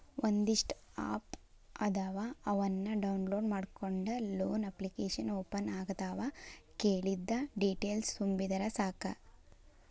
ಒಂದಿಷ್ಟ ಆಪ್ ಅದಾವ ಅವನ್ನ ಡೌನ್ಲೋಡ್ ಮಾಡ್ಕೊಂಡ ಲೋನ ಅಪ್ಲಿಕೇಶನ್ ಓಪನ್ ಆಗತಾವ ಕೇಳಿದ್ದ ಡೇಟೇಲ್ಸ್ ತುಂಬಿದರ ಸಾಕ